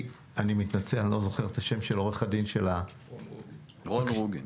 המספרים שעו"ד רון רוגין